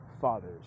fathers